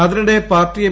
അതിനിടെ party M